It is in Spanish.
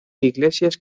iglesias